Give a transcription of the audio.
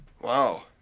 Wow